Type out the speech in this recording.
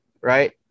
right